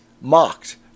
mocked